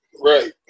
right